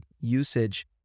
usage